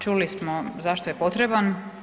Čuli smo zašto je potreban.